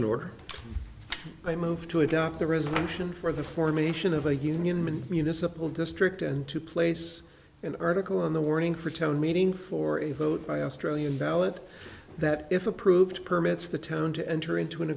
an order i move to adopt the resolution for the formation of a union municipal district and to place an article on the warning for town meeting for a vote by australian ballot that if approved permits the town to enter into an